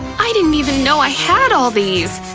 i didn't even know i had all these.